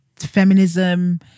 feminism